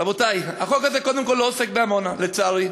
רבותי, החוק הזה קודם כול לא עוסק בעמונה, לצערי,